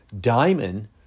diamond